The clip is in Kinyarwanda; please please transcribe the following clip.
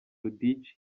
ludic